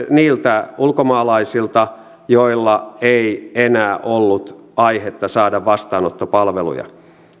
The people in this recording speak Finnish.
niiltä ulkomaalaisilta joilla ei enää ollut aihetta saada vastaanottopalveluja